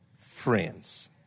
friends